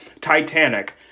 titanic